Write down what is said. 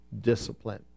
discipline